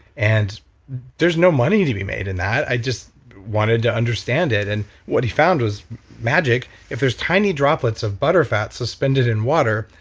and there's no money to be made in that. i just wanted to understand it. and what he found was magic. if there's tiny droplets of butterfat suspended in water,